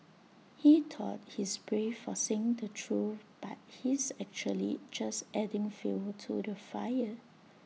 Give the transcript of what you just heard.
he thought he's brave for saying the truth but he's actually just adding fuel to the fire